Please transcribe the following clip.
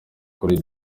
kuri